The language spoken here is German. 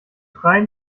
freien